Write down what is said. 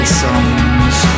songs